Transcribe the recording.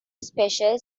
special